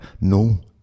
No